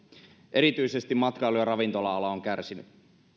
erityisesti matkailu ja ravintola ala on kärsinyt